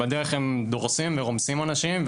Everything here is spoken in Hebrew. בדרך הם דורסים ורומסים אנשים,